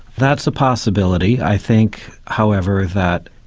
that's a possibility. i think however, that